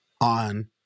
on